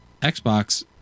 Xbox